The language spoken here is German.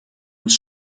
des